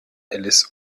alice